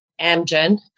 Amgen